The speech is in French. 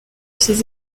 ses